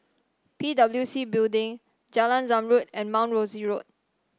P W C Building Jalan Zamrud and Mount Rosie Road